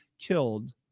killed